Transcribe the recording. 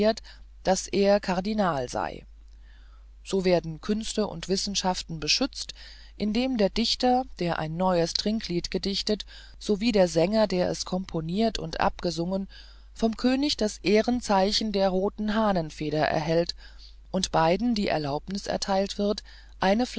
daß er kardinal sei so werden künste und wissenschaften beschützt indem der dichter der ein neues trinklied gedichtet sowie der sänger der es komponiert und abgesungen vom könige das ehrenzeichen der roten hahnenfeder erhält und beiden die erlaubnis erteilt wird